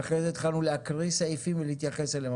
ואחרי זה התחלנו להקריא סעיפים ולהתייחס אליהם.